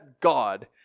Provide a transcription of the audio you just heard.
God